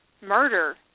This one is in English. murder